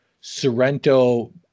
Sorrento